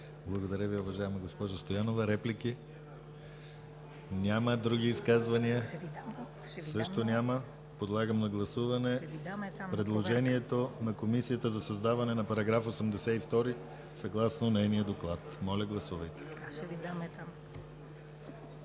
Благодаря Ви, уважаема госпожо Стоянова. Реплики? Няма. Други изказвания? Също няма. Подлагам на гласуване предложението на Комисията за създаване на § 82, съгласно нейния доклад. Моля гласувайте.